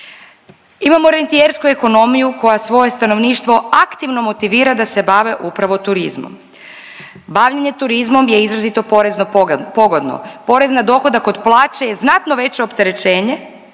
Imamo rentijersku ekonomiju koja svoje stanovništvo aktivno motivira da se bave upravo turizmom. Bavljenje turizmom je izrazito poreno pogodno. Porez na dohodak od plaće je znatno veće opterećenje